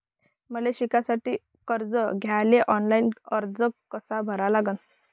मले शिकासाठी कर्ज घ्याले ऑनलाईन अर्ज कसा भरा लागन?